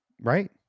Right